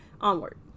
Onward